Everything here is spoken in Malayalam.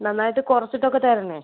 നന്നായിട്ട് കുറച്ചിട്ടോക്കെ തരണേ